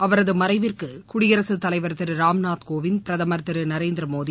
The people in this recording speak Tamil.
அவரதமறைவிற்குகுடியரசுத் தலைவர் திருராம்நாத் கோவிந்த் பிரதமர் திருநரேந்திரமோடி